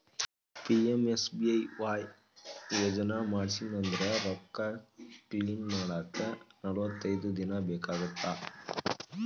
PMSBY ಯೋಜನಾ ಮಾಡ್ಸಿನಂದ್ರ ರೊಕ್ಕ ಕ್ಲೇಮ್ ಮಾಡಾಕ ನಲವತ್ತೈದ್ ದಿನ ಬೇಕಾಗತ್ತಾ